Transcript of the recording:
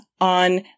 on